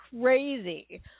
crazy